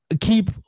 keep